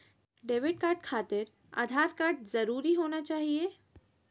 Debit card खातिर Aadhaar card जरूरी होना चाहिए?